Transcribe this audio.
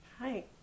Hi